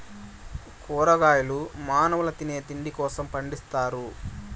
కూరగాయలు మానవుల తినే తిండి కోసం పండిత్తారు